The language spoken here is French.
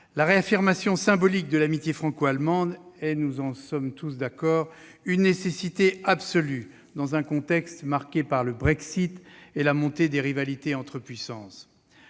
La réaffirmation symbolique de l'amitié franco-allemande est, nous en sommes tous d'accord, une nécessité absolue dans un contexte marqué par le Brexit et la montée des rivalités entre puissances.